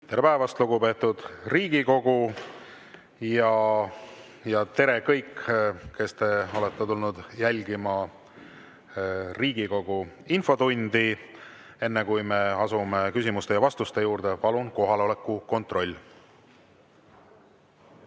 Tere päevast, lugupeetud Riigikogu! Tere kõigile, kes te jälgite Riigikogu infotundi! Enne, kui me asume küsimuste ja vastuste juurde, palun kohaloleku kontroll.